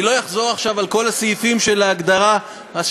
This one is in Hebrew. אני לא אחזור עכשיו על כל הסעיפים של ההגדרה של